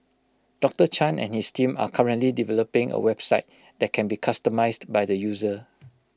doctor chan and his team are currently developing A website that can be customised by the user